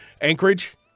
Anchorage